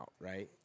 right